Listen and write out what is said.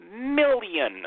million